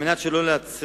על מנת שלא להצריך